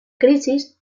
crisis